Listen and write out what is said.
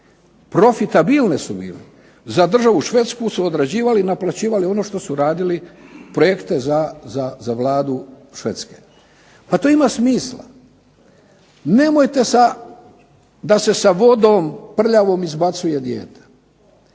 Profitabilne su bile. Za državu Švedsku su odrađivali i naplaćivali ono što su radili, projekte za Vladu Švedske. Pa to ima smisla. Nemojte da se sa vodom prljavom izbacuje dijete.